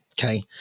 Okay